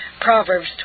Proverbs